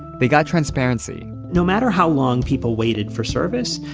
they got transparency no matter how long people waited for service,